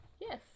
Yes